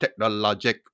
Technologic